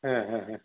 हां हां हां